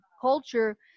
culture